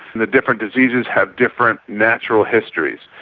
the different diseases have different natural histories.